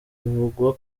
bivugwa